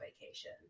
vacation